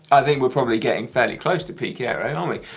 i think we're probably getting fairly close to peak era, aren't we?